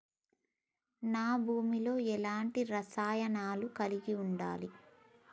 నా భూమి లో ఎలాంటి రసాయనాలను కలిగి ఉండాలి?